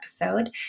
episode